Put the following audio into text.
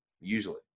Usually